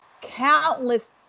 countless